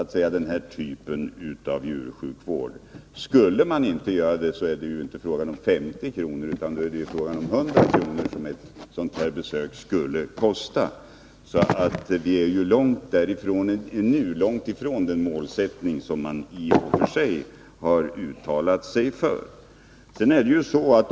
Ett sådant besök skulle f. ö. inte kosta 50 kr. utan 100 kr. Därför är vi långt ifrån det mål som man i och för sig har uttalat sig för.